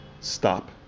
stop